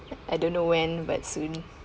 I don't know when but soon